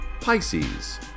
Pisces